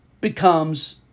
becomes